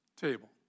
table